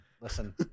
listen